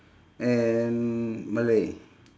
and malay